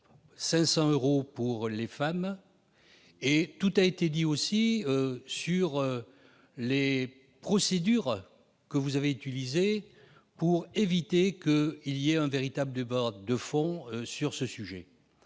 500 euros pour les femmes. Tout a été dit aussi sur les procédures que vous avez utilisées pour éviter que se tienne un véritable débat de fond sur ce sujet.